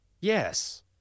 yes